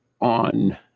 on